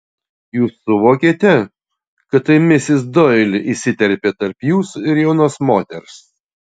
jūs suvokėte kad tai misis doili įsiterpė tarp jūsų ir jaunos moters